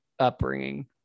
upbringing